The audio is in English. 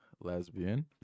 lesbian